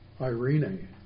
Irene